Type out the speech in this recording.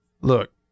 Look